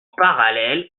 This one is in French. parallèle